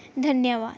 धन्नवाद